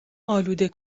آلوده